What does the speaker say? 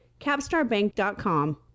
capstarbank.com